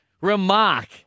Remark